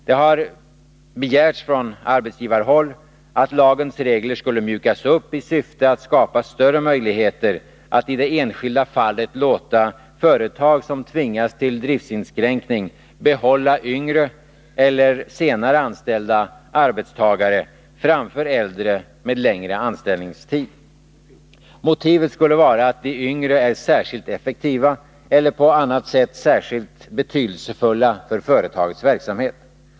Det har begärts från arbetsgivarhåll att lagens regler skulle mjukas upp i syfte att skapa större möjligheter att i det enskilda fallet låta företag som tvingas till driftsinskränkning behålla yngre eller senare anställda arbetstagare framför äldre med längre anställningstid. Motivet skulle vara att de yngre är särskilt effektiva eller på annat sätt särskilt betydelsefulla för företagets verksamhet.